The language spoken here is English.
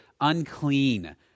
unclean